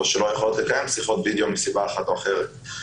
או שלא יכולות לקיים שיחות וידאו מסיבה זו או אחרת.